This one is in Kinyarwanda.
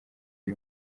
iyi